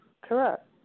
Correct